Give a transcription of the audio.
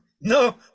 no